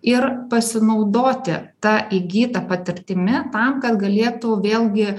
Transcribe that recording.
ir pasinaudoti ta įgyta patirtimi tam kad galėtų vėlgi